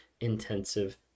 intensive